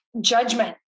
judgment